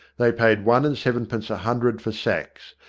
they paid one and sevenpence a hundred for sacks,